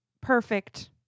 perfect